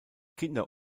kinder